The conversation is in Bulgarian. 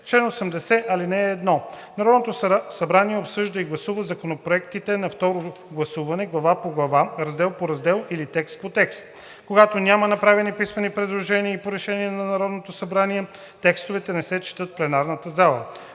чл. 80: „Чл. 80. (1) Народното събрание обсъжда и гласува законопроектите на второ гласуване глава по глава, раздел по раздел или текст по текст. Когато няма направени писмени предложения „или по решение на Народното събрание", текстовете не се четат в пленарната зала.